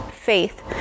faith